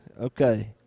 Okay